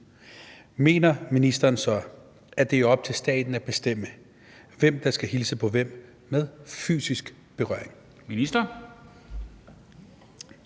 mener ministeren så, at det er op til staten at bestemme, hvem der skal hilse på hvem med fysisk berøring?